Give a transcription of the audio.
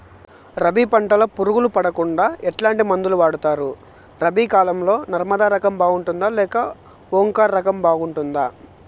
రబి పంటల పులుగులు పడకుండా ఎట్లాంటి మందులు వాడుతారు? రబీ కాలం లో నర్మదా రకం బాగుంటుందా లేదా ఓంకార్ రకం బాగుంటుందా?